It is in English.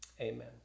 amen